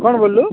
କ'ଣ ବୋଲିଲୁ